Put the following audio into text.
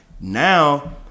now